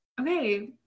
Okay